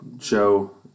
show